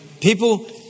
People